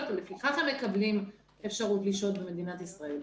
ולפיכך הם מקבלים אפשרות לשהות במדינת ישראל.